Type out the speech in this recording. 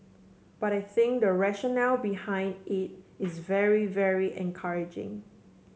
but I think the rationale behind it is very very encouraging